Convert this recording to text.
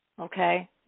okay